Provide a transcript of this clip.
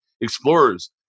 explorers